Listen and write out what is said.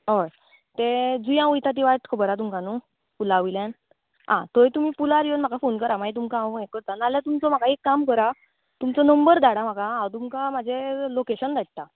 हय ते जुंयां वयता ती वाट खबर आं तुमकां न्हय पुला वयल्यान आं थंय तुमी पुलार येवन म्हाका फोन करा मागीर तुमकां हांव हें करता नाल्यार तुमचो म्हाका एक काम करा तुमचो नंबर धाडा म्हाका हांव तुमकां म्हजें लोकेशन धाडटा